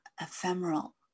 ephemeral